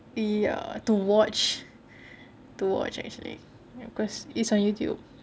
ya to watch actually cause it's on youtube